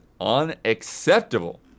unacceptable